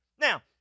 Now